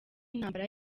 intambara